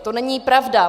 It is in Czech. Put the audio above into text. To není pravda.